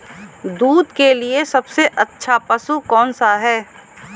दूध के लिए सबसे अच्छा पशु कौनसा है?